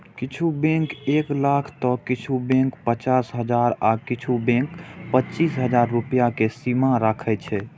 किछु बैंक एक लाख तं किछु बैंक पचास हजार आ किछु बैंक पच्चीस हजार रुपैया के सीमा राखै छै